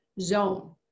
zone